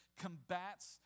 combats